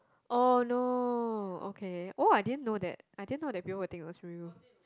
oh no okay oh I didn't know that I didn't know that people will think it was real